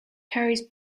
carries